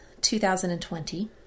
2020